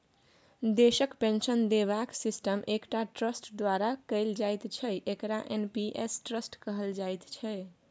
देशक पेंशन देबाक सिस्टम एकटा ट्रस्ट द्वारा कैल जाइत छै जकरा एन.पी.एस ट्रस्ट कहल जाइत छै